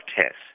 tests